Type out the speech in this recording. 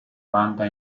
banda